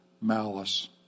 malice